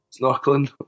snorkeling